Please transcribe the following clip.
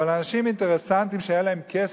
אנשים אינטרסנטים שהיה להם כסף,